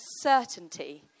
certainty